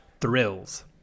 thrills